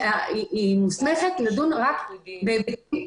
היא מוסמכת לדון רק בהיבטים תכנוניים.